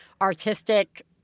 artistic